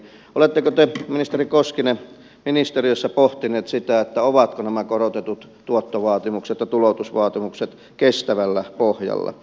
oletteko te ministeri koskinen ministeriössä pohtineet sitä ovatko nämä korotetut tuottovaatimukset ja tuloutusvaatimukset kestävällä pohjalla